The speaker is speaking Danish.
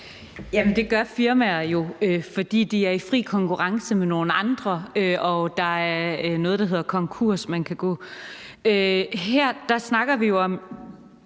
Det gør firmaer jo, fordi de er i fri konkurrence med nogle andre og der er noget, der hedder at gå konkurs. Her snakker vi jo om,